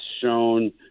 shown